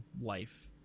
life